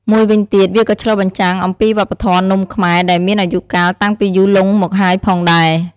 មួយវិញទៀត វាក៏ឆ្លុះបញ្ចាំងអំពីវប្បធម៌នំខ្មែរដែលមានអាយុកាលតាំងពីយូរលង់មកហើយផងដែរ។